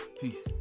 peace